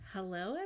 Hello